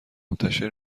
منتشر